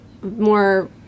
more